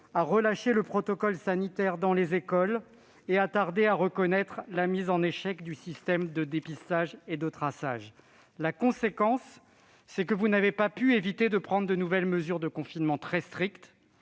a relâché le protocole sanitaire dans les écoles et il a tardé à reconnaître la mise en échec du système de dépistage et de traçage. La conséquence, c'est que vous n'avez pas pu éviter de prendre de nouvelles mesures de confinement très strictes.